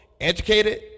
educated